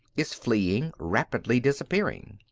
is fleeing, rapidly disappearing.